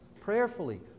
prayerfully